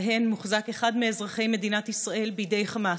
שבהן מוחזק אחד מאזרחי מדינת ישראל בידי חמאס,